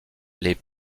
les